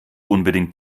unbedingt